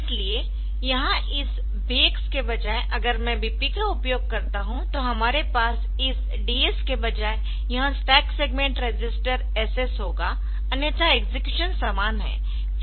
इसलिए यहाँ इस BX के बजाय अगर मैं BP का उपयोग करता हूं तो हमारे पास इस DS के बजाय यह स्टैक सेगमेंट रजिस्टर SS होगा अन्यथा एक्सेक्युशन समान है